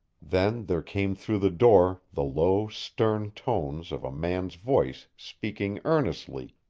then there came through the door the low, stern tones of a man's voice speaking earnestly,